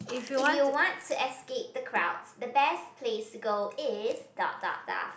if you want to escape the crowds the best place to go is dot dot dot